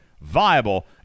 viable